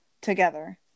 together